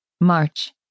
March